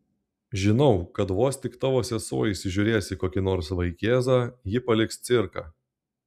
žinau kad vos tik tavo sesuo įsižiūrės į kokį nors vaikėzą ji paliks cirką